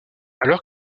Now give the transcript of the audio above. alors